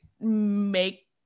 make